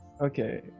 okay